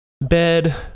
bed